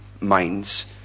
minds